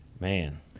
man